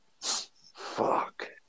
Fuck